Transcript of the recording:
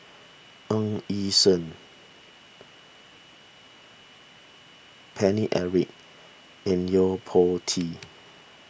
Ng Yi Sheng Paine Eric and Yo Po Tee